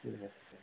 ঠিক আছে